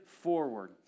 forward